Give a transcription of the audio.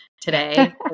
today